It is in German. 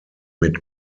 mit